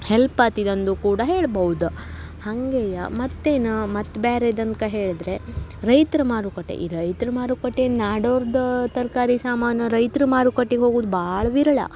help ಆತಿದ ಅಂದು ಕೂಡ ಹೇಳ್ಬೌದು ಹಂಗೆಯೇ ಮತ್ತೇನು ಮತ್ತು ಬೇರೆ ಇದನ್ನು ಕ ಹೇಳಿದರೆ ರೈತ್ರ ಮಾರುಕಟ್ಟೆ ಈ ರೈತ್ರ ಮಾರುಕಟ್ಟೆಯಲ್ಲಿ ನಾಡೋರ್ದು ತರಕಾರಿ ಸಾಮಾನು ರೈತ್ರ ಮಾರುಕಟ್ಟಿಗೆ ಹೋಗುದ್ ಭಾಳ ವಿರಳ